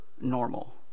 normal